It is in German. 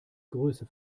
größe